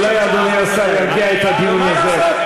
אולי אדוני השר ירגיע את הדיון הזה.